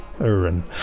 Aaron